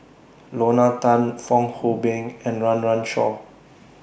Lorna Tan Fong Hoe Beng and Run Run Shaw